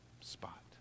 spot